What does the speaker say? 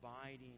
abiding